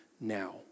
now